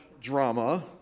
drama